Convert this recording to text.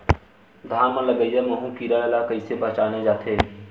धान म लगईया माहु कीरा ल कइसे पहचाने जाथे?